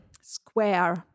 square